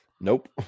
Nope